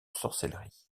sorcellerie